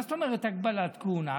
מה זאת אומרת הגבלת כהונה?